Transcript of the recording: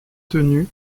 tenue